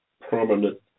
prominent